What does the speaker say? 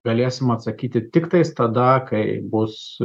galėsim atsakyti tiktais tada kai bus